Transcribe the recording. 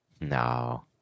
No